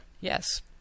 Yes